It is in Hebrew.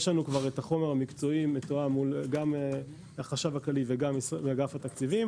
יש לנו כבר החומר המקצועי גם החשב הכללי וגם אגף התקציבים,